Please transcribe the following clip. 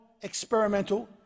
experimental